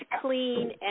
clean